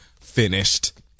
finished